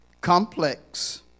complex